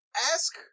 ask